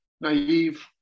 naive